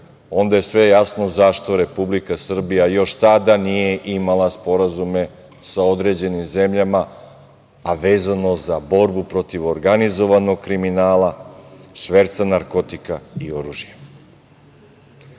onda je sve jasno zašto Republika Srbija još tada nije imala sporazume sa određenim zemljama a vezano za borbu protiv organizovanog kriminala, šverca narkotika i oružja. Ako